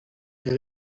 les